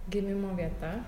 gimimo vieta